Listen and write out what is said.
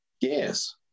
Yes